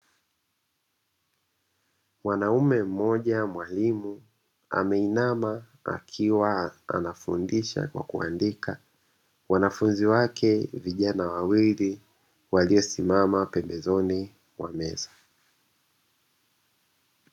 Mwanaume mmoja mwalimu ameinama akiwa anafundisha kwa kuandika, wanafunzi wake vijana wawili waliosimama pembezoni mwa meza.